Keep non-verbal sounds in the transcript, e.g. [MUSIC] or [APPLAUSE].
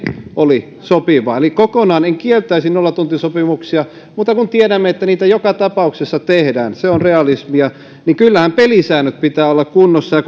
oli sopivaa niin kokonaan en kieltäisi nollatuntisopimuksia mutta kun tiedämme että niitä joka tapauksessa tehdään se on realismia niin kyllähän pelisääntöjen pitää olla kunnossa [UNINTELLIGIBLE]